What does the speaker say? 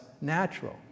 natural